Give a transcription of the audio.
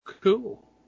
Cool